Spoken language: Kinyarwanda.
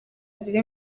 ziri